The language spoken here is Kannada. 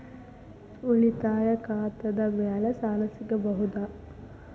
ಉಳಿತಾಯ ಖಾತೆದ ಮ್ಯಾಲೆ ಸಾಲ ಸಿಗಬಹುದಾ?